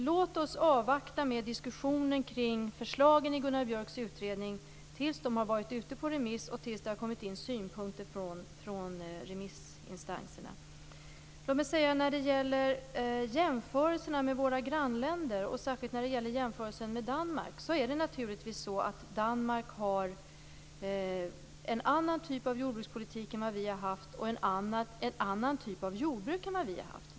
Låt oss avvakta med diskussionen kring dessa förslag tills det har kommit in synpunkter från remissinstanserna. Jag skall säga något om jämförelserna med våra grannländer, särskilt Danmark. Danmark har en annan typ av jordbrukspolitik än vi har haft och också en annan typ av jordbruk.